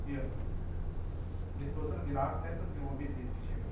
یس disposal glass ہے تو پھر وہ بھی بھیج دیجیے گا